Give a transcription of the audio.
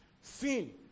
Sin